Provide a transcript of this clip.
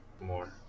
More